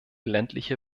ländliche